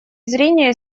зрения